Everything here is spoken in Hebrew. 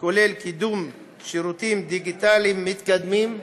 כולל קידום שירותים דיגיטליים מתקדמים,